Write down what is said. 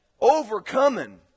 Overcoming